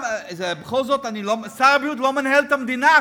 בכל זאת, שר הבריאות לא מנהל את המדינה.